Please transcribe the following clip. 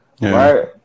right